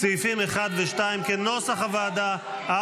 סעיפים 1 ו-2, כנוסח הוועדה.